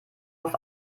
auf